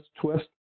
twist